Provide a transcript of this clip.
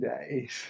days